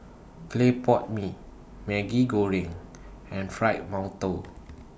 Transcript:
Clay Pot Mee Maggi Goreng and Fried mantou